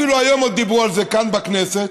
אפילו היום עוד דיברו על זה כאן בכנסת,